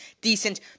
decent